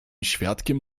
świadkiem